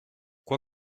quoi